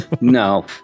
No